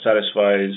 satisfies